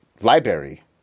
library